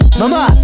mama